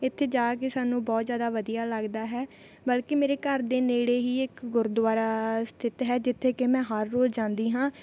ਇੱਥੇ ਜਾ ਕੇ ਸਾਨੂੰ ਬਹੁਤ ਜ਼ਿਆਦਾ ਵਧੀਆ ਲੱਗਦਾ ਹੈ ਬਲਕਿ ਮੇਰੇ ਘਰ ਦੇ ਨੇੜੇ ਹੀ ਇੱਕ ਗੁਰਦੁਆਰਾ ਸਥਿੱਤ ਹੈ ਜਿੱਥੇ ਕਿ ਮੈਂ ਹਰ ਰੋਜ਼ ਜਾਂਦੀ ਹਾਂ